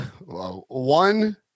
one